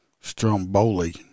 stromboli